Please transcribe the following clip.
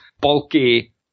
bulky